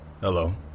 Hello